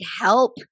help